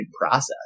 process